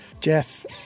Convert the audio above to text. Jeff